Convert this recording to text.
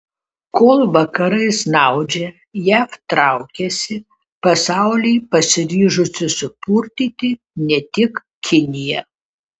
kol vakarai snaudžia jav traukiasi pasaulį pasiryžusi supurtyti ne tik kinija